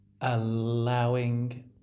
allowing